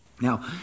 Now